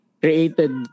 created